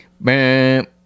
Bam